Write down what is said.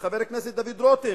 של חבר הכנסת דוד רותם.